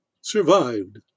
survived